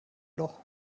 loch